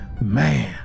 man